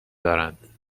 دارند